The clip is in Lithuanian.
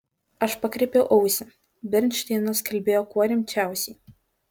aš pakreipiau ausį bernšteinas kalbėjo kuo rimčiausiai